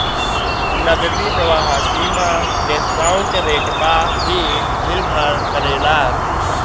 नगदी प्रवाह सीमा डिस्काउंट रेट पअ भी निर्भर करेला